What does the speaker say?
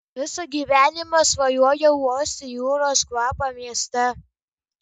visą gyvenimą svajojau uosti jūros kvapą mieste